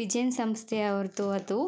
Pigeon ಸಂಸ್ಥೆ ಅವರದು ಅದು